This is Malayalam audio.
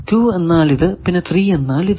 2 എന്നാൽ ഇത് പിന്നെ 3 എന്നാൽ ഇത്